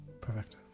perfect